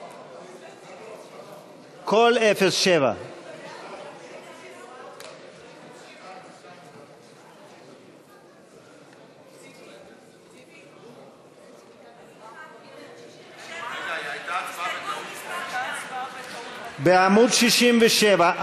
2. בעמוד 67,